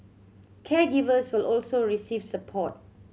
caregivers will also receive support